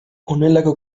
honelako